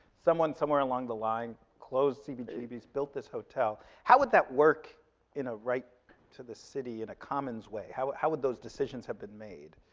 someone, somewhere along the line, closed cbgbs, built this hotel. how would that work in a right to the city, in a commons way? how but how would those decisions have been made?